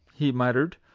he muttered,